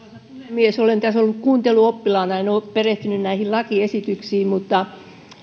puhemies olen tässä ollut kuunteluoppilaana en ole perehtynyt näihin lakiesityksiin mutta